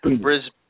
Brisbane